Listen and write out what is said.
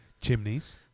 Chimneys